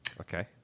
Okay